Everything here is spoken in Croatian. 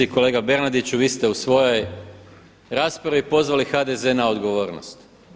Kolega Bernardiću vi ste u svojoj raspravi pozvali HDZ na odgovornost.